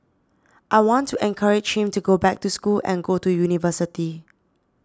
I want to encourage him to go back to school and go to university